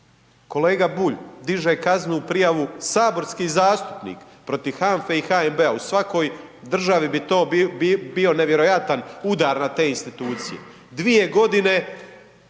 Kolega Bulj diže kaznenu prijavu, saborski zastupnik protiv HANFA-e i HNB-a, u svakoj državi bi to bio nevjerojatan udar na te institucije. 2 g.